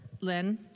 lynn